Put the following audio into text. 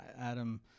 adam